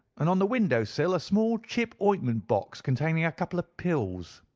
and on the window-sill a small chip ointment box containing a couple of pills.